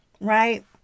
right